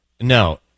No